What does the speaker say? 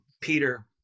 Peter